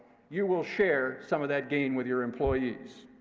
you will share some of that gain with your employees.